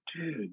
dude